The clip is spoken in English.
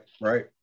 right